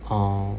orh